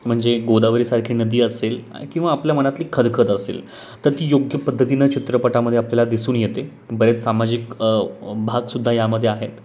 म्हणजे गोदावरीसारखी नदी असेल किंवा आपल्या मनातली खदखद असेल तर ती योग्य पद्धतीनं चित्रपटामध्ये आपल्याला दिसून येते बरेच सामाजिक भागसुद्धा यामध्ये आहेत